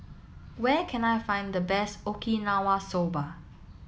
where can I find the best Okinawa Soba